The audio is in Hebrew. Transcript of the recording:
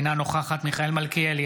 אינה נוכחת מיכאל מלכיאלי,